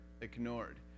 ignored